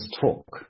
talk